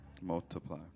Multiply